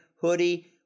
hoodie